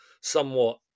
somewhat